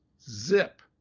ZIP